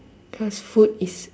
cause food is